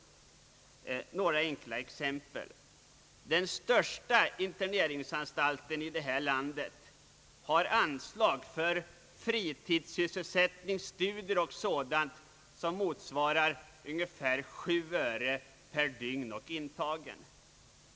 Låt mig ge några enkla exempel. Den största interneringsanstalten i landet har anslag för fritidssysselsättning, studier och dylikt som motsvarar ungefär 7 öre per dygn och intagen.